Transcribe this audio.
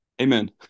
amen